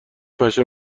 پشه